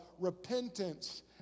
repentance